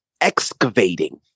excavating